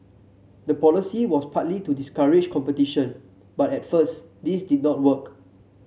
the policy was partly to discourage competition but at first this did not work